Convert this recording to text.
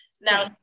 now